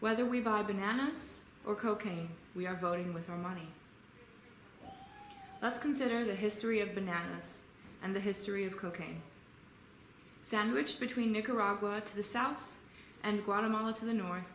whether we buy bananas or cocaine we are voting with our money let's consider the history of bananas and the history of cocaine sandwiched between nicaragua to the south and guatemala to the north